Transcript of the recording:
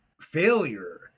failure